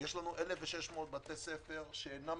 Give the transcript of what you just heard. יש לנו 1,600 בתי ספר שאינם